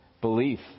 belief